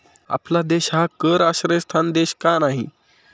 आपला देश हा कर आश्रयस्थान देश का नाही?